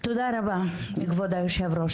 תודה רבה כבוד היושב ראש,